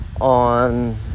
on